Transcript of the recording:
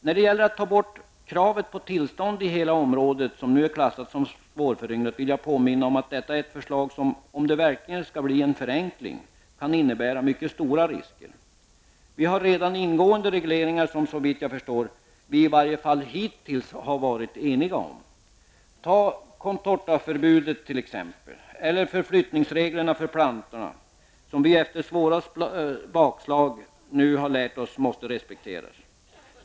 När det gäller att ta bort kravet på tillstånd i hela området, som nu är klassat som svårföryngrat, vill jag påminna om att detta är ett förslag som -- om det verkligen skall bli en förenkling -- kan innebära mycket stora risker. Vi har redan ingående regleringar som vi såvitt jag förstår i varje fall hittills har varit eniga om. Ta t.ex. contortaförbudet, eller förflyttningsreglerna för plantorna; de senare måste respekteras -- det har vi efter svåra bakslag lärt oss.